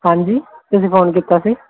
ਹਾਂਜੀ ਤੁਸੀਂ ਫੋਨ ਕੀਤਾ ਸੀ